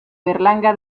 berlanga